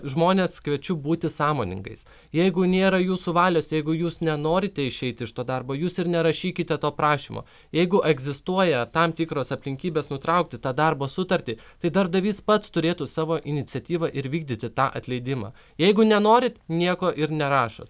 žmones kviečiu būti sąmoningais jeigu nėra jūsų valios jeigu jūs nenorite išeiti iš to darbo jūs ir nerašykite to prašymo jeigu egzistuoja tam tikros aplinkybės nutraukti tą darbo sutartį tai darbdavys pats turėtų savo iniciatyva ir vykdyti tą atleidimą jeigu nenorit nieko ir nerašot